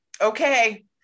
okay